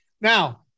Now